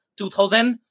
2000